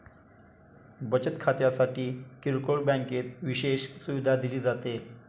बचत खात्यासाठी किरकोळ बँकेत विशेष सुविधा दिली जाते